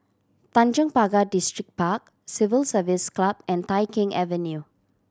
Tanjong Pagar Distripark Civil Service Club and Tai Keng Avenue